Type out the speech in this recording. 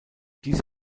diese